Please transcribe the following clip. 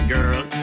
Girl